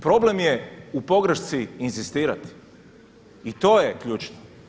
Problem je u pogrešci inzistirati i to je ključno.